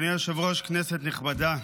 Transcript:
אדוני היושב-ראש, כנסת נכבדה.